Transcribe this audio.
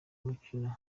mukino